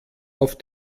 auf